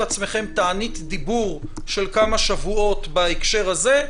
עצמכם תענית דיבור של כמה שבועות בהקשר הזה,